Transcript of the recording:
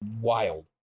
wild